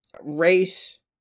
race